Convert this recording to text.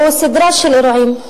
הוא סדרה של אירועים,